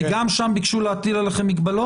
וגם שם ביקשו להטיל עליכם מגבלות?